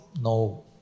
no